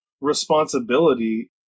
responsibility